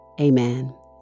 Amen